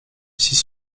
six